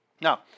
Now